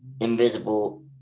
invisible